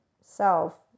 self